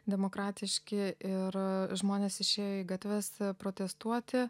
demokratiški ir žmonės išėjo į gatves protestuoti